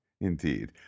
indeed